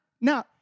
now